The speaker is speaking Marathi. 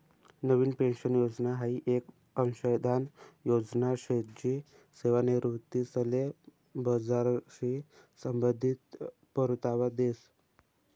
नवीन पेन्शन योजना हाई येक अंशदान योजना शे जी सेवानिवृत्तीसले बजारशी संबंधित परतावा देस